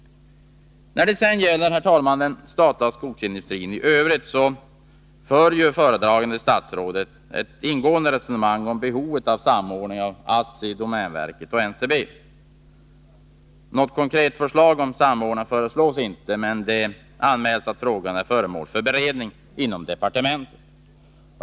När det sedan gäller den statliga skogsindustrin i övrigt för föredragande statsrådet ett ingående resonemang om behovet av samordning av ASSI, domänverket och NCB. Något konkret förslag om samordning framläggs inte, men det anmäls att frågan är föremål för beredning inom departementet.